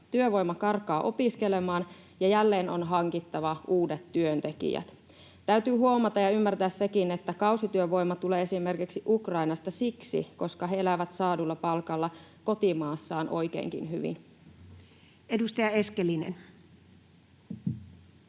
työvoima karkaa opiskelemaan ja jälleen on hankittava uudet työntekijät. Täytyy huomata ja ymmärtää sekin, että kausityövoima tulee esimerkiksi Ukrainasta siksi, että he elävät saadulla palkalla kotimaassaan oikeinkin hyvin. [Speech